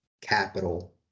capital